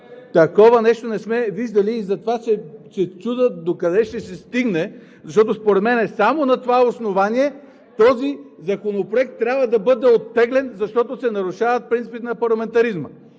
Такова нещо не сме виждали и затова се чудя до къде ще се стигне, защото според мен само на това основание този законопроект трябва да бъде оттеглен, защото се нарушават принципите на парламентаризма.